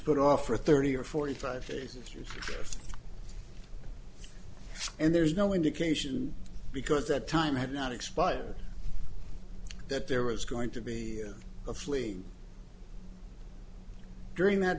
put off for thirty or forty five days and there's no indication because that time had not expired that there was going to be a flee during that